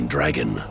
Dragon